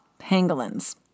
pangolins